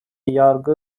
yargı